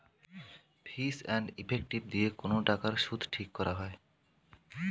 fees and effective দিয়ে কোন টাকার সুদ ঠিক করা হয়